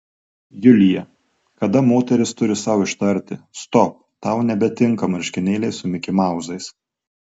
julija kada moteris turi sau ištarti stop tau nebetinka marškinėliai su mikimauzais